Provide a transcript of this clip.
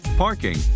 parking